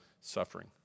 suffering